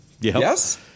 Yes